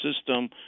system